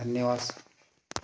धन्यवाद